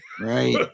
Right